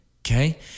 okay